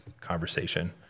conversation